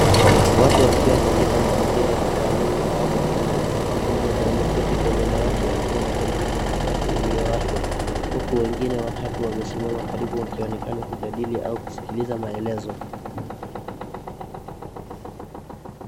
Watu wakiwa katika mazingira ya kitaaluma au mafunzo. Mtu mmoja ameketi kwenye dawati akiwa na kompyuta mpakao iliyowashwa huku wengine watatu wamesimama karibu wakionekana kujadili au kusikiliza maelezo.